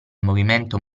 movimento